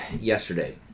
yesterday